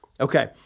Okay